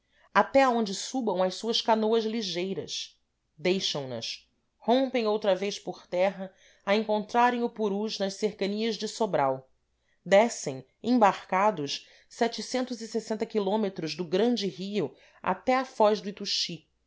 até aonde subam as suas canoas ligeiras deixam nas rompem outra vez por terra a encontrarem o purus nas cercanias de sobral descem embarcados km do grande rio até a foz do ituxi